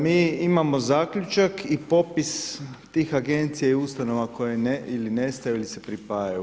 Mi imamo zaključak i popis tih agencija i ustanova koje ili nestaju ili se pripajaju.